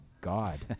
God